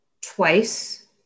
twice